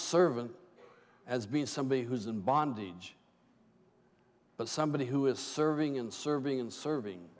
servant as being somebody who's in bondage but somebody who is serving in serving and serving